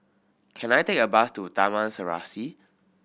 can I take a bus to Taman Serasi